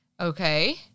Okay